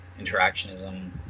interactionism